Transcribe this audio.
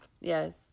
Yes